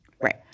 Right